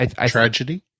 tragedy